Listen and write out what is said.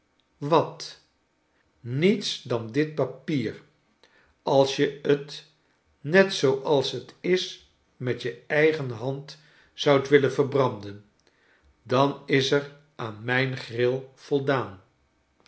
wat niets dan dit papier als je het net zooals het is met je eigen hand zoudt willen verbranden dan is er aan mijn gril voldaan